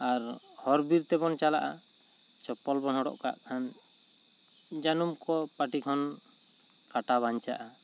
ᱟᱨ ᱦᱚᱨ ᱵᱤᱨ ᱛᱮᱵᱚᱱ ᱪᱟᱞᱟᱜᱼᱟ ᱪᱚᱯᱯᱚᱞ ᱵᱚᱱ ᱦᱚᱨᱚᱜ ᱠᱟᱜ ᱠᱷᱟᱱ ᱡᱟᱱᱩᱢ ᱠᱚ ᱯᱟᱹᱴᱤ ᱠᱷᱚᱱ ᱠᱟᱴᱟ ᱵᱟᱱᱪᱟᱜᱼᱟ